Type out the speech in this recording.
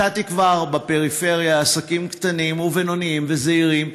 מצאתי כבר בפריפריה עסקים קטנים בינוניים וזעירים,